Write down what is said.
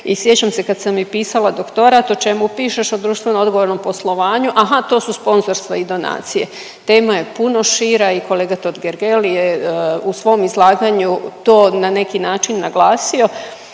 I sjećam se kada sam i pisala doktorat, o čemu pišeš, o društveno odgovornom poslovanju, aha to su sponzorstva i donacije. Tema je puno šire i kolega Totgergeli je u svom izlaganju to na neki način naglasio